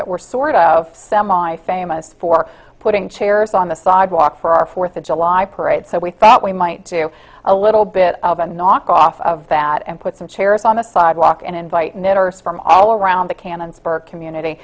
that we're sort of semi famous for putting chairs on the sidewalk for our fourth of july parade so we thought we might do a little bit of a knock off of that and put some chairs on the sidewalk and invite knitters from all around the cannon for community